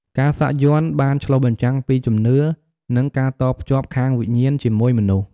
ការសាក់យ័ន្តបានឆ្លុះបញ្ចាំងពីជំនឿ និងការតភ្ជាប់ខាងវិញ្ញាណ ជាមួយមនុស្ស។